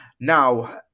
Now